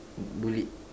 bullied